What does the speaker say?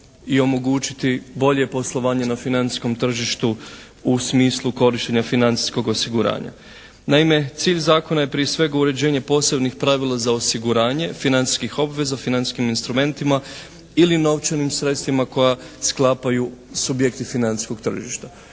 i omogućiti bolje poslovanje na financijskom tržištu u smislu korištenja financijskog osiguranja. Naime, cilj zakona je prije svega uređenje posebnih pravila za osiguranje financijskih obveza financijskim instrumentima ili novčanim sredstvima koja sklapaju subjekti financijskog tržišta.